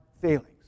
failings